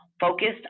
focused